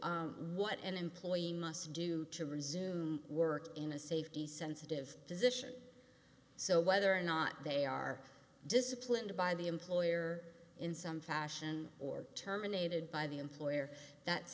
to what an employee must do to resume work in a safety sensitive position so whether or not they are disciplined by the employer in some fashion or terminated by the employer that's